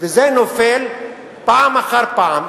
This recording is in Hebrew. וזה נופל פעם אחר פעם.